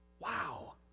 Wow